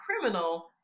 criminal